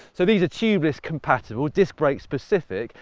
so these are tubeless compatible, disc brake specific,